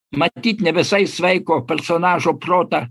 matyt nevisai sveiko personažo protą